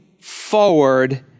forward